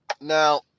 Now